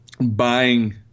buying